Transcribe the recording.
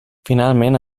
finalment